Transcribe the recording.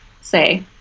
say